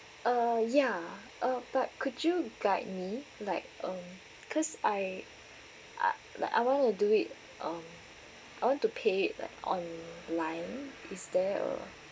uh ya uh but could you guide me like um cause I uh I want to do it um I want to pay like online is there a